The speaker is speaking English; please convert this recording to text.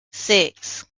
six